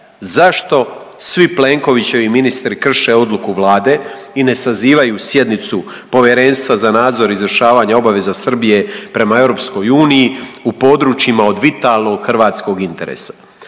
Zašto svi Plenkovićevi ministri krše odluku Vlade i ne sazivaju sjednicu Povjerenstva za nadzor izvršavanja obaveza Srbije prema Europskoj uniji u područjima od vitalnog hrvatskog interesa?